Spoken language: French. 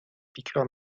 piqûres